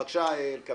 בבקשה, אלקבץ.